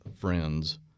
friends